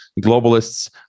globalists